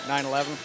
9-11